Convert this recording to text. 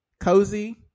Cozy